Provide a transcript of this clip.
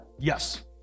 Yes